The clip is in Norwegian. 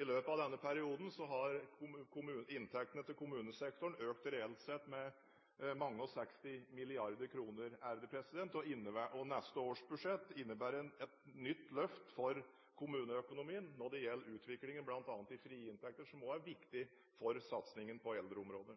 I løpet av denne perioden har inntektene til kommunesektoren økt reelt sett med mange og seksti milliarder kroner, og neste års budsjett innebærer et nytt løft for kommuneøkonomien når det gjelder utviklingen bl.a. i frie inntekter, som også er viktig for satsingen på eldreområdet.